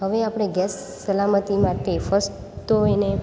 હવે આપણે ગેસ સલામતી માટે ફસ્ટ તો એને